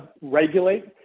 regulate